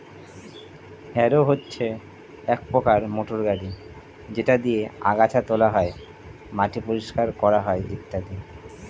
harrow হচ্ছে এক প্রকার মোটর গাড়ি যেটা দিয়ে আগাছা তোলা হয়, মাটি পরিষ্কার করা হয় ইত্যাদি